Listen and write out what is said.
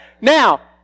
Now